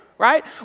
right